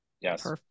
Yes